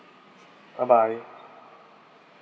bye bye